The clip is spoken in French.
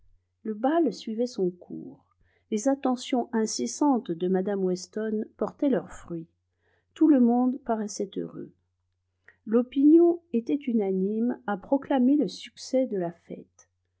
le bal suivait son cours les attentions incessantes de mme weston portaient leurs fruits tout le monde paraissait heureux l'opinion était unanime à proclamer le succès de la fête